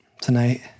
tonight